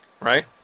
right